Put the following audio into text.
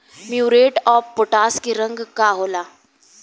Muriate of potash के रंग का होला?